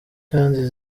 kandi